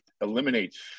eliminates